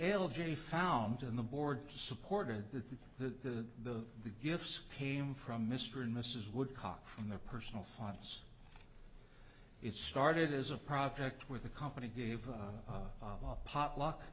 algae found in the board supported that the the gifts came from mr and mrs woodcock from their personal funds it started as a project with the company gave a potluck